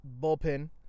bullpen